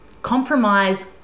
compromise